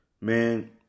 Man